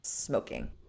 Smoking